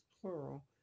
plural